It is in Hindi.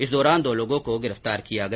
इस दौरान दो लोगों को गिरफ्तार किया गया